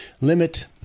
limit